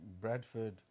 Bradford